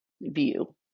view